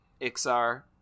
Ixar